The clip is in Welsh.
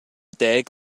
deg